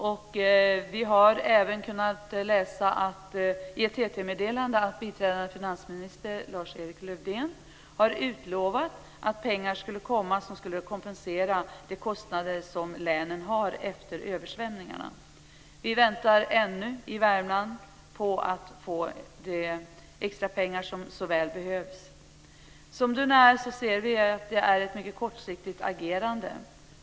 Jag har i ett TT-meddelande läst att biträdande finansminister Lars-Erik Lövdén har utlovat att det skulle anslås pengar som skulle kompensera de kostnader som länen har efter översvämningarna. Vi väntar i Värmland ännu på att få de extra pengar som vi så väl behöver. Vi ser här ett mycket kortsiktigt agerande.